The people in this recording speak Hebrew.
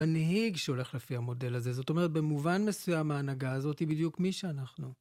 הנהיג שהולך לפי המודל הזה, זאת אומרת, במובן מסוים ההנהגה הזאת היא בדיוק מי שאנחנו.